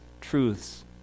truths